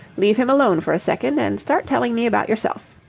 leave him alone for a second, and start telling me about yourself.